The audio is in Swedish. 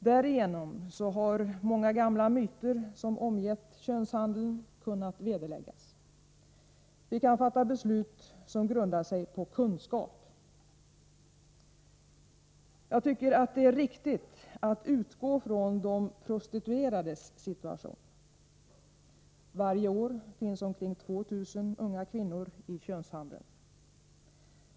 Därigenom har många gamla myter som omgett könshandeln kunnat vederläggas. Vi kan fatta beslut som grundar sig på kunskap. Jag tycker det är riktigt att utgå från de prostituerades situation. Varje år finns omkring 2 000 unga kvinnor i könshandeln.